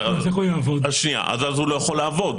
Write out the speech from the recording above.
אז הוא לא יכול לעבוד.